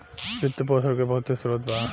वित्त पोषण के बहुते स्रोत बा